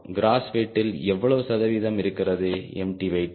cross வெயிடில் எவ்வளவு சதவீதம் இருக்கிறது எம்டி வெயிட்